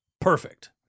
perfect